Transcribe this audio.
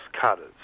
cutters